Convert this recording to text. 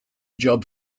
job